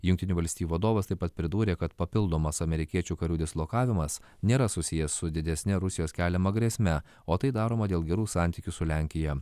jungtinių valstijų vadovas taip pat pridūrė kad papildomas amerikiečių karių dislokavimas nėra susijęs su didesne rusijos keliama grėsme o tai daroma dėl gerų santykių su lenkija